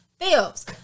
feels